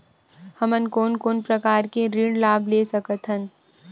हमन कोन कोन प्रकार के ऋण लाभ ले सकत हन?